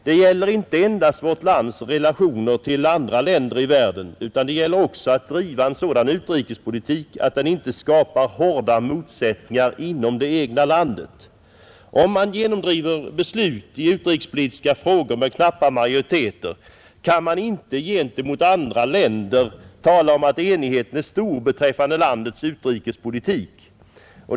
Det gäller inte endast vårt lands relationer till andra länder i världen utan det gäller också att föra en sådan utrikespolitik att den inte åstadkommer hårda motsättningar inom det egna landet. Om man genomdriver beslut i utrikespolitiska frågor med knappa majoriteter kan man inte gentemot andra länder tala om att enigheten är stor beträffande landets utrikespolitik.